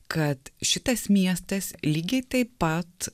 kad šitas miestas lygiai taip pat